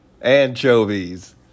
Anchovies